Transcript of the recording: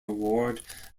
award